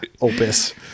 opus